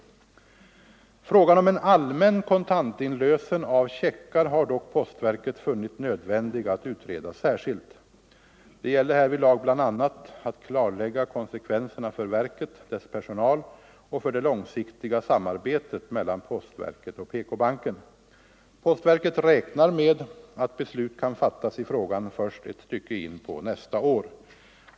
Frågan om en allmän kontantinlösen av checkar har dock postverket funnit nödvändig att utreda särskilt. Det gäller härvidlag bl.a. att klarlägga konsekvenserna för verket, dess personal och för det långsiktiga samarbetet mellan postverket och PK-banken. Postverket räknar med att beslut kan fattas i frågan först ett stycke in på nästa år.